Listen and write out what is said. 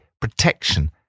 protection